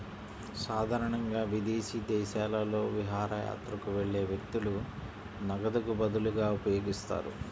సాధారణంగా విదేశీ దేశాలలో విహారయాత్రకు వెళ్లే వ్యక్తులు నగదుకు బదులుగా ఉపయోగిస్తారు